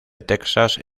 texas